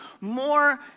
more